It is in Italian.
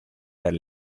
per